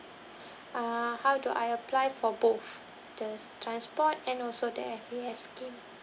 uh how do I apply for both the s~ transport and also the F_A_S scheme